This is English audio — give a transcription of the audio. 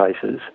cases